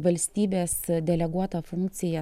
valstybės deleguota funkcija